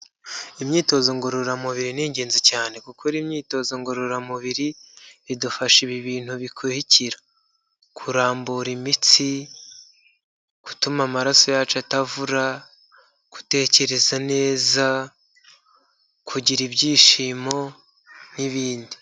Imyitozo ngororamubiri ni ingenzi cyane. Gukora imyitozo ngororamubiri bidufasha ibi bintu bikurikira: Kurambura imitsi, gutuma amaraso yacu atavura, gutekereza neza kugira ibyishimo n'ibindi